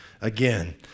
again